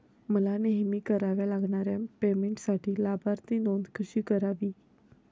मला नेहमी कराव्या लागणाऱ्या पेमेंटसाठी लाभार्थी नोंद कशी करावी?